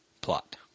plot